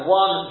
one